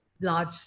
large